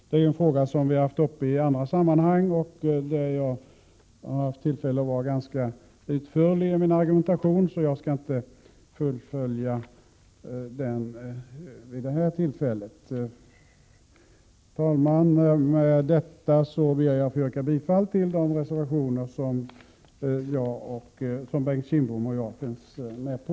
Det är en fråga som vi har haft uppe i andra sammanhang, där jag har haft möjlighet att vara ganska utförlig i min argumentation, så jag skall inte fullfölja den vid det här tillfället. Herr talman! Med detta ber jag att få yrka bifall till de reservationer som Bengt Kindbom och jag finns med på.